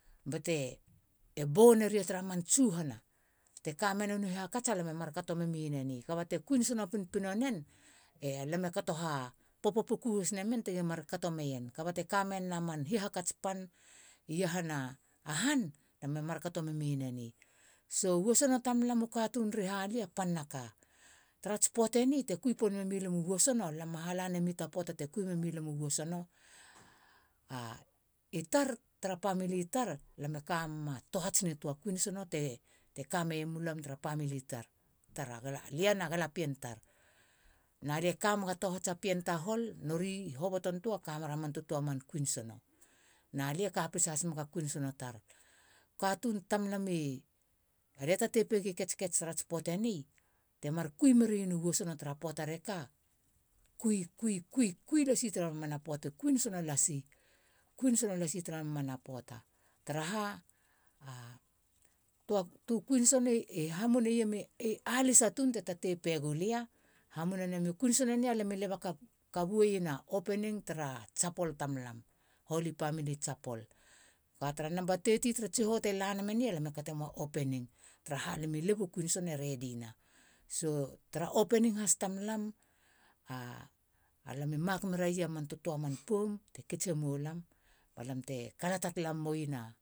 Bate e boro naria tar man tsuhana. te ka menen u hakats a lam e mar kato maman eni. te kuin sono pinpino nen e lam e kato ha popo puku has namen tigi mar kato meien. koba te kamenen a man hihakats pan iahana han lam e mar kato memien eni. wisono tamlam u katun ri halia panaka tarats puate ni te kui pon memu lam u wesono lam ma hala nai ta poata te kui memi lam u wesono i tar tara pamili tar. tara lia na galapien na lie kamega tohats a pien tahol. nori hobotontoa kameraman tutua man kuin sono na lia kapesa mega kuin sono tar. katun tamlam. re taten pegi ketskets trats poateni. te mar kui meren u wosono tara poata reka. kui. kui. kui. kui lasi tara mamana poatu kuin sono lasi tara mamana poata. tara ha. tu kuin sono i hamuneiema i alisa tun te ta te peiegulia hamuna namien kuin sono ni. a lam e leba kabu eien a opening tara chapel tamlam holi pamili chapel. ba tara number thirty tara tsiho ni lam e kate muma opening has tamlam. a lam e mak meira man tutua man poum e kits e mo lam. balamte kalata muen.